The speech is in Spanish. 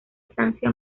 estancia